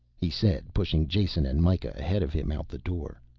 he said, pushing jason and mikah ahead of him out the door.